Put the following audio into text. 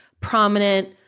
prominent